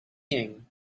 king